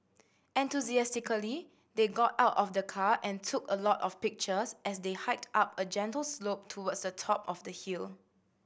enthusiastically they got out of the car and took a lot of pictures as they hiked up a gentle slope towards the top of the hill